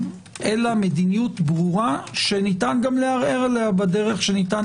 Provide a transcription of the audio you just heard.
מדיניות ברורה שניתן גם לערער עליה כדרך שניתן